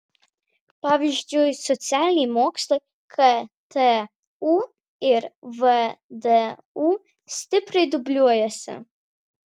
pavyzdžiui socialiniai mokslai ktu ir vdu stipriai dubliuojasi